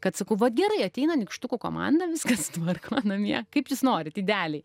kad sakau vat gerai ateina nykštukų komanda viską sutvarko namie kaip jūs norit ideliai